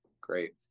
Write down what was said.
great